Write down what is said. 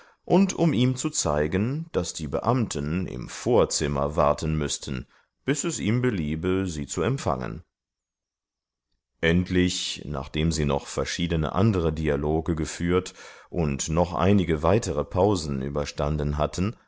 und um ihm zu zeigen daß die beamten im vorzimmer warten müßten bis es ihm beliebe sie zu empfangen endlich nachdem sie noch verschiedene andere dialoge geführt und noch einige weitere pausen überstanden hatten